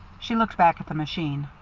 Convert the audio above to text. she looked back at the machine.